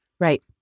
Right